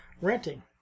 renting